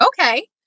okay